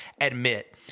admit